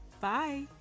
Bye